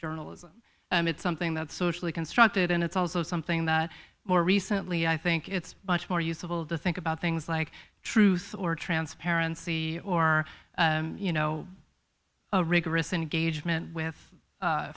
journalism it's something that socially constructed and it's also something that more recently i think it's much more useful to think about things like truth or transparency or you know a rigorous engagement with